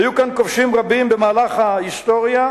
היו כאן כובשים רבים במהלך ההיסטוריה,